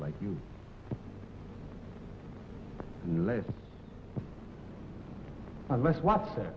like you know less and less what's that